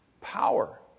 Power